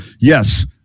Yes